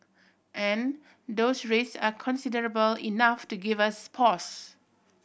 and those risk are considerable enough to give us pause